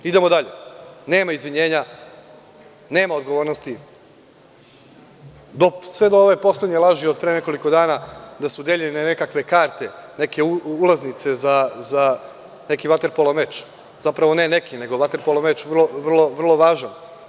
Idemo dalje, nema izvinjenja, nema odgovornosti, sve do ove poslednje laži od pre nekoliko dana da su deljene nekakve karte, neke ulaznice za neki vaterpolo meč, zapravo, ne neki, nego vaterpolo meč vrlo važan.